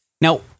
Now